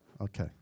Okay